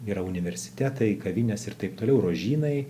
yra universitetai kavinės ir taip toliau rožynai